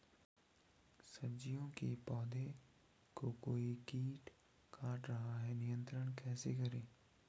सब्जियों के पौधें को कोई कीट काट रहा है नियंत्रण कैसे करें?